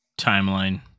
timeline